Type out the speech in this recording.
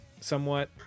somewhat